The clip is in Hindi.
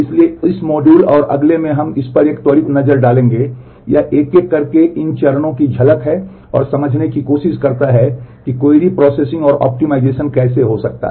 इसलिए इस मॉड्यूल और अगले में हम इस पर एक त्वरित नज़र डालेंगे यह एक एक करके इन चरणों की झलक है और समझने की कोशिश करता है कि क्वेरी प्रोसेसिंग कैसे हो सकता है